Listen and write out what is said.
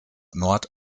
nord